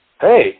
hey